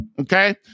Okay